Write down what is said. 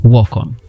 Welcome